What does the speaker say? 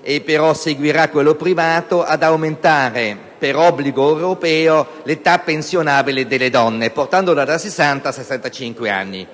e seguirà quello privato - verrà aumentata, per obbligo europeo, l'età pensionabile delle donne, portandola da 60 a 65 anni.